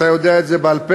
אתה יודע את זה בעל-פה,